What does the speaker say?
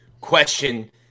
question